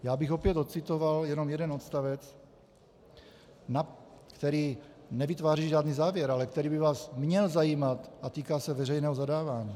Já bych opět ocitoval jenom jeden odstavec, který nevytváří žádný závěr, ale který by vás měl zajímat a týká se veřejného zadávání.